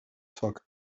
took